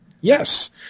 Yes